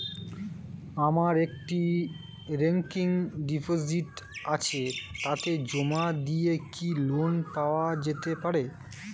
আমার একটি recurring deposit আছে তাকে জমা দিয়ে কি লোন পাওয়া যেতে পারে?